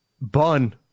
bun